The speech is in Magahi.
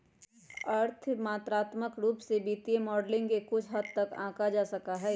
अर्थ मात्रात्मक रूप से वित्तीय मॉडलिंग के कुछ हद तक आंका जा सका हई